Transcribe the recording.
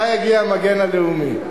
מתי יגיע המגן הלאומי.